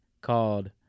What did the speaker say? called